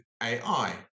ai